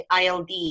ILD